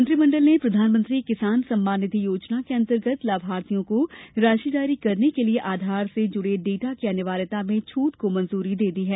मंत्रिमण्डल ने प्रधानमंत्री किसान सम्मान निधि योजना के अंतर्गत लाभार्थियों को राशि जारी करने के लिए आधार से जुड़े डाटा की अनिवार्यता में छूट को मंजूरी दे दी है